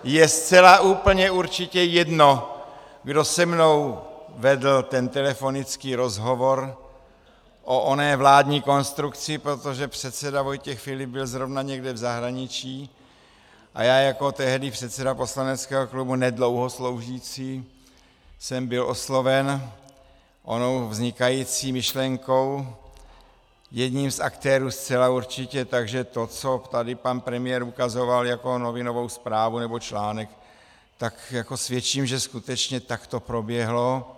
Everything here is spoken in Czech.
Je zcela úplně určitě jedno, kdo se mnou vedl ten telefonický rozhovor o oné vládní konstrukci, protože předseda Vojtěch Filip byl zrovna někde v zahraničí a já jako tehdy předseda poslaneckého klubu ne dlouho sloužící jsem byl osloven onou vznikající myšlenkou, jedním z aktérů zcela určitě, takže to, co tady pan premiér ukazoval jako novinovou zprávu nebo článek, tak svědčím, že skutečně tak to proběhlo.